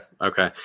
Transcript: Okay